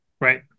Right